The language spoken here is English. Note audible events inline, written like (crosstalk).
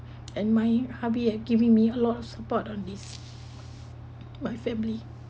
and my hubby have giving me a lot support on this (breath) my family